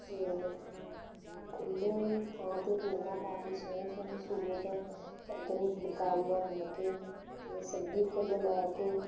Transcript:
ਅਤੇ ਇੱਕ ਖੁੱਲ੍ਹੇ ਥਾਂ 'ਤੇ ਪੀਂਘਾਂ ਪਾ ਕੇ ਸੋਹਣੇ ਸੋਹਣੇ ਸੂਟ ਘੱਗਰੇ ਫੁਲਕਾਰੀਆਂ ਲੈ ਕੇ ਅਤੇ ਸੱਗੀ ਫੁੱਲ ਲੈ ਕੇ